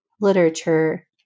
literature